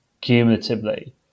cumulatively